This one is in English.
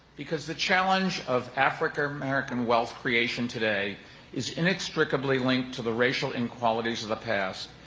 because the challenge of african-american wealth creation today is inextricably linked to the racial inequalities of the past.